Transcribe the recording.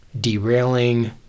derailing